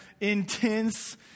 intense